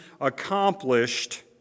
accomplished